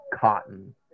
cotton